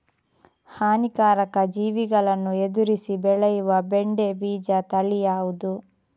ಹಾನಿಕಾರಕ ಜೀವಿಗಳನ್ನು ಎದುರಿಸಿ ಬೆಳೆಯುವ ಬೆಂಡೆ ಬೀಜ ತಳಿ ಯಾವ್ದು?